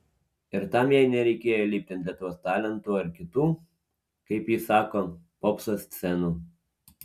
ir tam jai nereikėjo lipti ant lietuvos talentų ar kitų kaip ji sako popso scenų